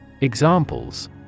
Examples